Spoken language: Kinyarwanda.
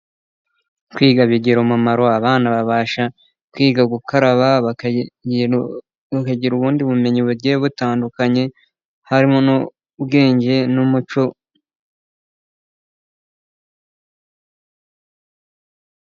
Kwiga bigira umumaro, abana babasha kwiga gukaraba, bakagira ubundi bumenyi bugiye butandukanye harimo n'ubwenge n'umuco.